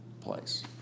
place